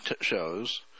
shows